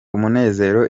umunezero